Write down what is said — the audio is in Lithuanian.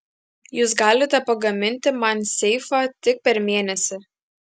jūs galite pagaminti man seifą tik per mėnesį